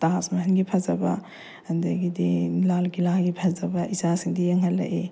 ꯇꯥꯖ ꯃꯍꯜꯒꯤ ꯐꯖꯕ ꯑꯗꯒꯤꯗꯤ ꯂꯥꯜ ꯀꯤꯂꯥꯒꯤ ꯐꯖꯕ ꯏꯆꯥꯁꯤꯡꯗ ꯌꯦꯡꯍꯜꯂꯛꯏ